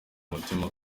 umutima